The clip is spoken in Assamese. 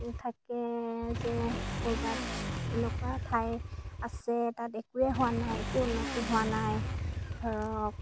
থাকে যে ক'ৰবাত এনেকুৱা ঠাই আছে তাত একোৱেই হোৱা নাই একো উন্নতি হোৱা নাই ধৰক